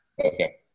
Okay